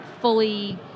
fully